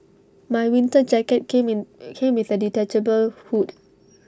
my winter jacket came in came with A detachable hood